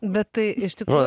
bet tai iš tikrųjų